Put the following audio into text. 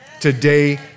Today